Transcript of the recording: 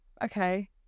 okay